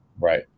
Right